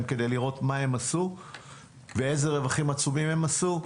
כדי לראות מה הם עשו ואיזה רווחים עצומים הם עשו.